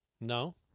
No